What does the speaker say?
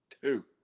Two